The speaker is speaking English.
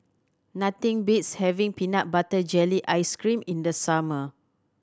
nothing beats having peanut butter jelly ice cream in the summer